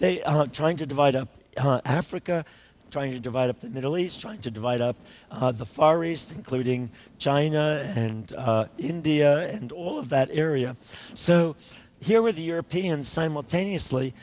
are trying to divide up africa trying to divide up the middle east trying to divide up the far east including china and india and all of that area so here were the europeans simultaneously